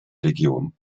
region